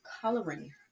coloring